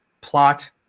plot